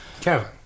Kevin